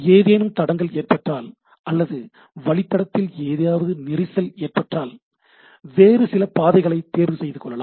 ஏதேனும் தடங்கல் ஏற்பட்டால் அல்லது வழித்தடத்தில் ஏதாவது நெரிசல் ஏற்பட்டால் வேறு சில பாதைகளை தேர்வு செய்து கொள்ளலாம்